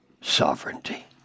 sovereignty